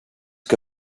que